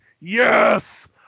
Yes